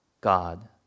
God